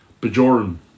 Bajoran